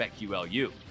BetQLU